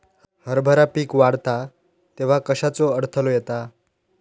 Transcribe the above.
हरभरा पीक वाढता तेव्हा कश्याचो अडथलो येता?